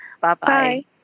Bye-bye